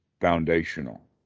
foundational